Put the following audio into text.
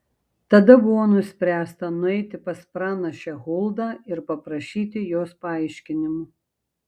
tada buvo nuspręsta nueiti pas pranašę huldą ir paprašyti jos paaiškinimų